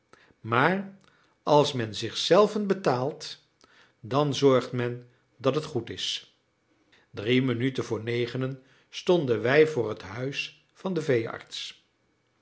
maar als men zich zelven betaalt dan zorgt men dat het goed is drie minuten voor negenen stonden wij voor t huis van den veearts